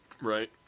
Right